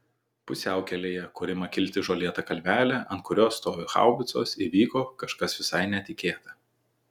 pusiaukelėje kur ima kilti žolėta kalvelė ant kurios stovi haubicos įvyko kažkas visai netikėta